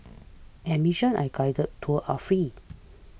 admission and guided tours are free